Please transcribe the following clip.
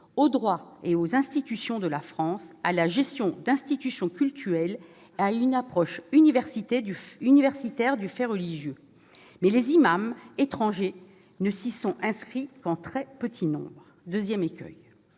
au droit et aux institutions de la France, à la gestion d'institutions cultuelles et à une approche universitaire du fait religieux, mais les imams étrangers ne s'y sont inscrits qu'en très petit nombre. C'est là